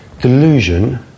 delusion